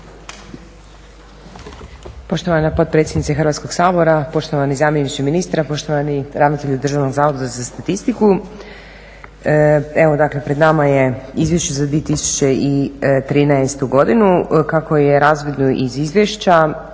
Poštovana potpredsjednice Hrvatskog sabora, poštovani zamjeniče ministra, poštovani ravnatelju Državnog zavoda za statistiku. Evo, dakle, pred nama je izvješće za 2013. godinu, kako je razvidno iz izvješća,